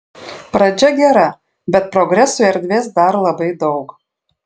pradžia gera bet progresui erdvės dar labai daug